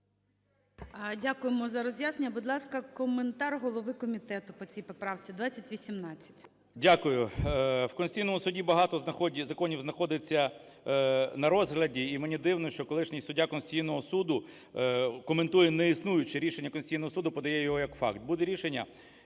Дякуємо за роз'яснення. Будь ласка, коментар голови комітету по цій поправці